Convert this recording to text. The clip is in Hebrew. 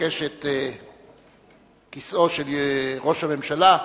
לבקש את כיסאו של ראש הממשלה,